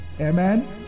Amen